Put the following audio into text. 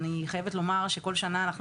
אני חייבת לומר שכל שנה אנחנו